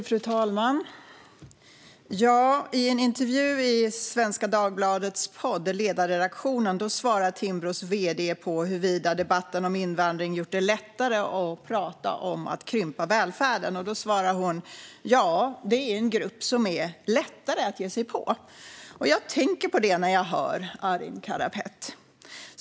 Fru talman! I en intervju i Svenska Dagbladets podd Ledarredaktionen svarar Timbros vd på huruvida debatten om invandring gjort det lättare att prata om att krympa välfärden. Då svarar hon: Ja, det är en grupp som är lättare att ge sig på. Jag tänker på detta när jag hör Arin Karapet.